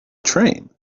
train